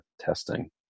testing